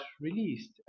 released